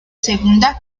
segunda